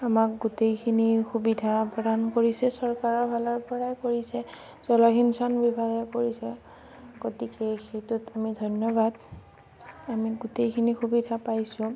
আমাক গোটেইখিনি সুবিধা প্ৰদান কৰিছে চৰকাৰৰ ফালৰপৰাই কৰিছে জলসিঞ্চন বিভাগে কৰিছে গতিকে সেইটোত আমি ধন্যবাদ আমি গোটেইখিনি সুবিধা পাইছোঁ